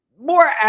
more